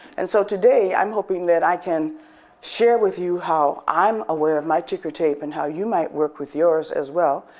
and so today i'm hoping that i can share with you how i'm aware of your ticker tape and how you might work with yours as well,